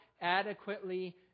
adequately